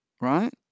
right